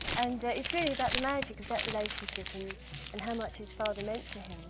and it's really about the magic of that relationship and how much his father meant to him.